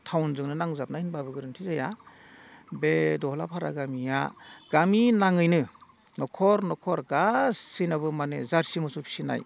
टाउनजोंनो नांजाबनाय होनब्लाबो गोरोन्थि जाया बे दहलाफारा गामिया गामि नाङैनो न'खर न'खर गासैनावबो माने जार्सि मोसौ फिसिनाय